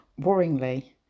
worryingly